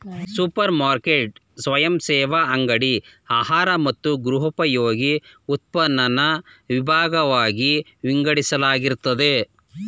super market ಸ್ವಯಂಸೇವಾ ಅಂಗಡಿ ಆಹಾರ ಮತ್ತು ಗೃಹೋಪಯೋಗಿ ಉತ್ಪನ್ನನ ವಿಭಾಗ್ವಾಗಿ ವಿಂಗಡಿಸಲಾಗಿರ್ತದೆ